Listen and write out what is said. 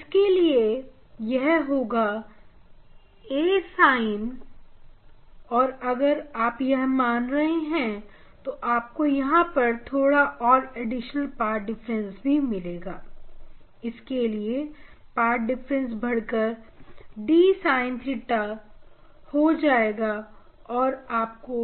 इससे के लिए यह होगा aSin𝛉 और अगर आप यह मान रहे हैं तो आपको यहां पर थोड़ा और एडिशनल पाथ डिफरेंस भी मिलेगा इसके लिए पाथ डिफरेंस बढ़कर d sin theta हो जाएगा और आपको